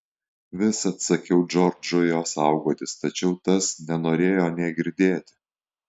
visad sakiau džordžui jo saugotis tačiau tas nenorėjo nė girdėti